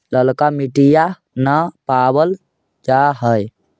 ललका मिटीया न पाबल जा है?